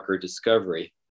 discovery